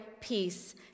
peace